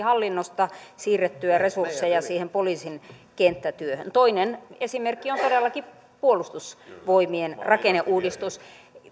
hallinnosta siirrettyä resursseja siihen poliisin kenttätyöhön toinen esimerkki on todellakin puolustusvoimien rakenneuudistus